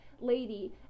lady